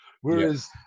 Whereas